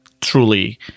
truly